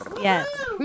Yes